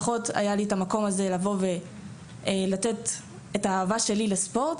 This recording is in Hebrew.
פחות היה לי את המקום הזה לבוא ולתת את האהבה שלי לספורט.